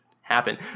happen